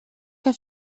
que